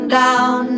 down